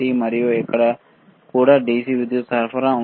మరియు ఇక్కడ కూడా DC విద్యుత్ సరఫరా ఉంది